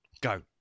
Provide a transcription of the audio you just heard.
go